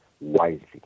wisely